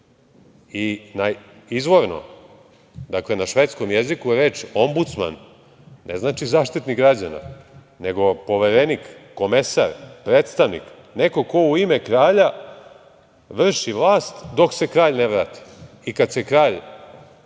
i izvorno, dakle na švedskom jeziku, reč ombudsman ne znači zaštitnik građana, nego poverenik, komesar, predstavnik, neko ko u ime kralja vrši vlast, dok se kralj ne vrati i kada se kralj